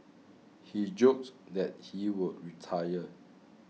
he joked that he would retire